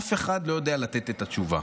אף אחד לא יודע לתת את התשובה.